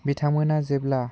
बिथांमोना जेब्ला